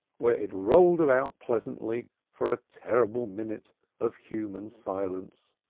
where it rolled about pleasantly for a terrible minute of human silence.